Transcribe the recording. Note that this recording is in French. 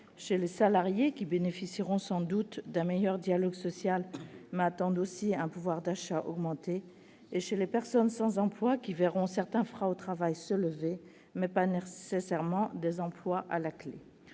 chez les salariés, qui bénéficieront sans doute d'un meilleur dialogue social, mais attendent aussi un pouvoir d'achat augmenté, et chez les personnes sans emploi, qui verront certains freins au travail se lever, mais pas nécessairement des emplois à la clef.